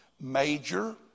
major